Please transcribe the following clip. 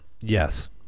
Yes